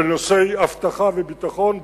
של נושאי אבטחה וביטחון,